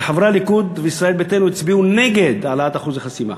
וחברי הליכוד וישראל ביתנו הצביעו נגד העלאת אחוז החסימה,